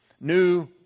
new